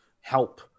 help